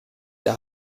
der